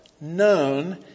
known